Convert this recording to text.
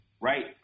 right